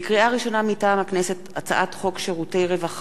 עברה בקריאה ראשונה ותעבור להמשך דיון בוועדת